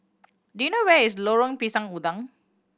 do you know where is Lorong Pisang Udang